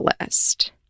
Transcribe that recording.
list